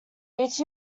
each